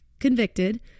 convicted